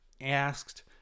asked